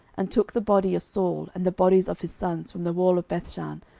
and took the body of saul and the bodies of his sons from the wall of bethshan,